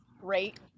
great